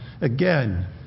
again